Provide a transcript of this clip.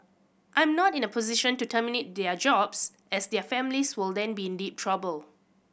I'm not in a position to terminate their jobs as their families will then be in deep trouble